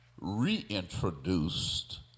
reintroduced